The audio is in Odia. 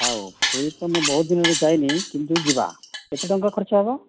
ହଉ ପୁରୀ ତ ମୁଁ ବହୁତ ଦିନରୁ ଯାଇନି କିନ୍ତୁ ଯିବା କେତେ ଟଙ୍କା ଖର୍ଚ୍ଚ ହେବ